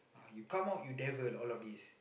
you come out you devil all of this